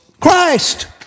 Christ